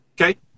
Okay